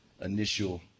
initial